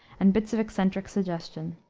and bits of eccentric suggestion.